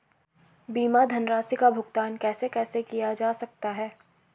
बीमा धनराशि का भुगतान कैसे कैसे किया जा सकता है?